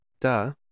duh